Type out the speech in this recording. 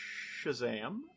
Shazam